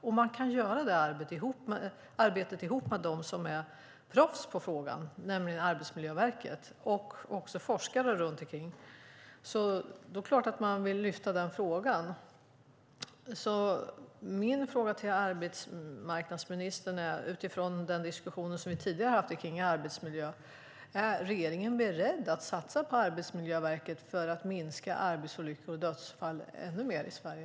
Om man kan göra detta arbete ihop med dem som är proffs på frågan, nämligen Arbetsmiljöverket och forskare, vill man såklart lyfta frågan. Min fråga till arbetsmarknadsministern utifrån den diskussion som vi tidigare har haft om arbetsmiljö är denna: Är regeringen beredd att satsa på Arbetsmiljöverket för att minska arbetsolyckor och dödsfall ännu mer i Sverige?